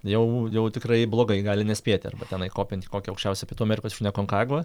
jau jau tikrai blogai gali nespėti arba tenai kopiant į kokią aukščiausią pietų amerikos viršūnę konkagvą